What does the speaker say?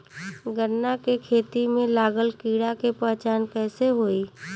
गन्ना के खेती में लागल कीड़ा के पहचान कैसे होयी?